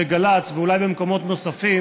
בגל"צ ואולי במקומות נוספים,